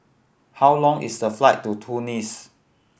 how long is the flight to Tunis